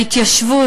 ההתיישבות,